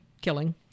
killing